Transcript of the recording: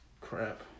crap